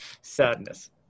Sadness